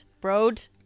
Broad